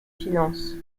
finances